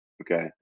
Okay